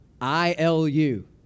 I-L-U